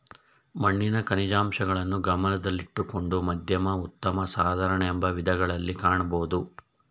ಮಣ್ಣಿನ ಖನಿಜಾಂಶಗಳನ್ನು ಗಮನದಲ್ಲಿಟ್ಟುಕೊಂಡು ಮಧ್ಯಮ ಉತ್ತಮ ಸಾಧಾರಣ ಎಂಬ ವಿಧಗಳಗಿ ಕಾಣಬೋದು